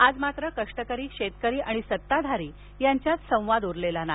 आज मात्र कष्टकरी शेतकरी आणि सत्ताधारी यांच्यात संवाद उरलेला नाही